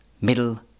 middle